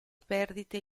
perdite